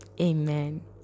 Amen